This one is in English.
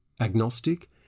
Agnostic